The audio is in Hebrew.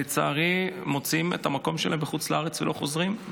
לצערי מוצאים את המקום שלהם בחוץ לארץ ולא חוזרים,